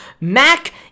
Mac